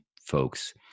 folks